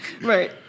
Right